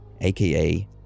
AKA